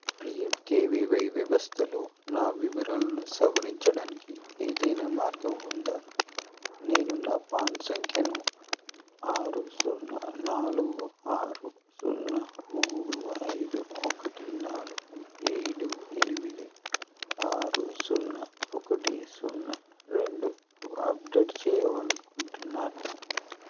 P M K V Y వ్యవస్థలో నా వివరాలను సవరించడానికి ఏదైనా మార్గం ఉందా నేను నా పాన్ సంఖ్యను ఆరు సున్నా నాలుగు ఆరు సున్నా మూడు ఐదు ఒకటి నాలుగు ఏడు ఎనిమిది ఆరు సున్నా ఒకటి సున్నా రెండుకు అప్డేట్ చేయాలి అనుకుంటున్నాను